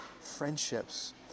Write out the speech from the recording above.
friendships